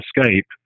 escape